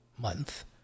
month